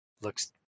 Looks